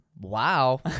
Wow